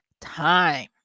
time